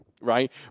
right